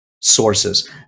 sources